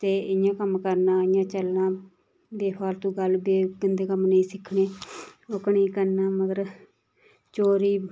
ते इ'यां कम्म करना इ'यां चलना बे फालतू गल्ल बे गन्दे कम्म नेईं सिक्खने ओह्का नेईं करना मगर चोरी